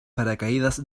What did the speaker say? paracaídas